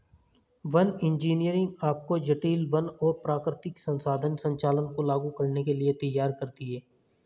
one engineering आपको जटिल वन और प्राकृतिक संसाधन संचालन को लागू करने के लिए तैयार करती है